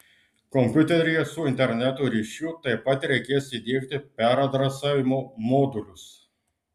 kompiuteryje su interneto ryšiu taip pat reikės įdiegti peradresavimo modulius